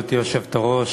גברתי היושבת-ראש,